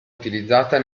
utilizzata